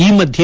ಈ ಮಧ್ಯೆ